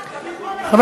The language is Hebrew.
לא,